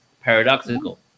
Paradoxical